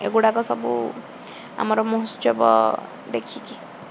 ଏଗୁଡ଼ାକ ସବୁ ଆମର ମହୋତ୍ସବ ଦେଖିକି